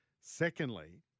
secondly